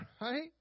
right